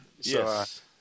Yes